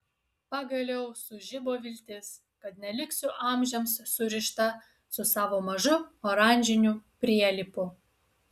pagaliau sužibo viltis kad neliksiu amžiams surišta su savo mažu oranžiniu prielipu